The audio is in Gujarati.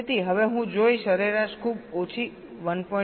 તેથી હવે હું જોઈ સરેરાશ ખૂબ ઓછી 1